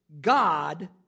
God